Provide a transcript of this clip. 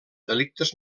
delictes